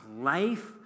life